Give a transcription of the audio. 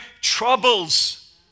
troubles